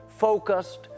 Focused